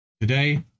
Today